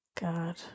God